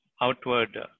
outward